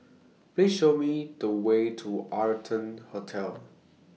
Please Show Me The Way to Arton Hotel